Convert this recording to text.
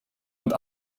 und